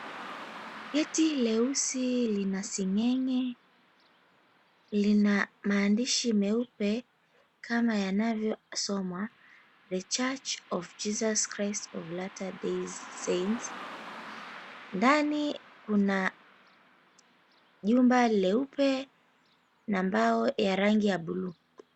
Geti leusi lina seng'eng'e. Lina maandishi meupe kama yanavyosomwa, The Church of Jesus Christ of Latter Day Saints. Ndani kuna jumba leupe na mbao ya rangi ya buluu.